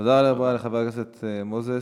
תודה רבה לחבר הכנסת מוזס.